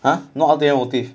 !huh! no ulterior motive